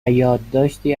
یادداشتی